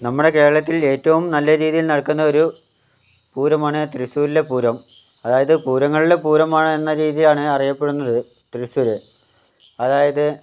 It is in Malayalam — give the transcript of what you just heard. കേരളത്തിൽ ഏറ്റവും നല്ല രീതിയിൽ നടക്കുന്ന ഒരു പൂരമാണ് തൃശ്ശൂരിലെ പൂരം അതായത് പൂരങ്ങളുടെ പൂരമാണ് എന്ന രീതിയിലാണ് അറിയപ്പെടുന്നത് തൃശ്ശൂര് അതായത്